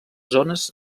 zones